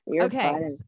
Okay